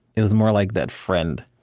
it was more like that friend